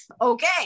Okay